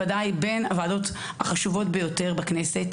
בוודאי בין הוועדות החשובות ביותר בכנסת.